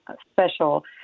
special